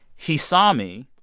he saw me.